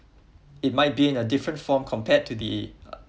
it might be a different form compared to the